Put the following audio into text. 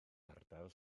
ardal